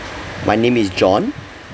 my name is john